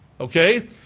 Okay